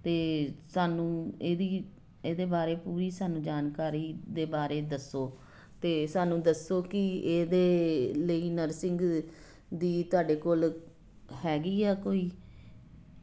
ਅਤੇ ਸਾਨੂੰ ਇਹਦੀ ਇਹਦੇ ਬਾਰੇ ਪੂਰੀ ਸਾਨੂੰ ਜਾਣਕਾਰੀ ਦੇ ਬਾਰੇ ਦੱਸੋ ਅਤੇ ਸਾਨੂੰ ਦੱਸੋ ਕਿ ਇਹਦੇ ਲਈ ਨਰਸਿੰਗ ਦੀ ਤੁਹਾਡੇ ਕੋਲ ਹੈਗੀ ਆ ਕੋਈ